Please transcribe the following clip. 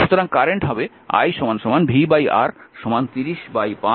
সুতরাং কারেন্ট হবে i vR 30 5 6 ampere